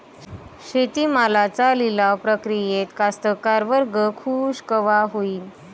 शेती मालाच्या लिलाव प्रक्रियेत कास्तकार वर्ग खूष कवा होईन?